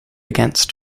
against